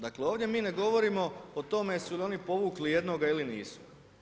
Dakle, ovdje mi ne govorimo o tome jesu li oni povukli jednoga ili nisu.